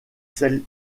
celle